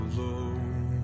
Alone